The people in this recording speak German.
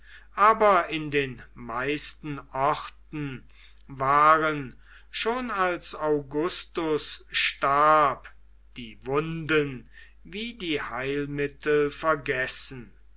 aber in den meisten orten waren schon als augustus starb die wunden wie die heilmittel vergessen